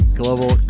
global